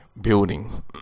building